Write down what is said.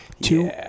two